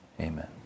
Amen